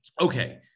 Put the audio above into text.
Okay